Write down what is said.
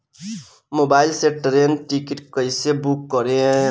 Mobile से train के ticket कैसे बूक करेम?